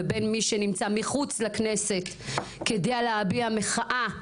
ובין מי שנמצא מחוץ לכנסת כדי להביע מחאה לגיטימית,